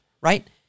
right